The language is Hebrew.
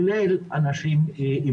מסכימים?